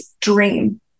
dream